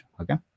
okay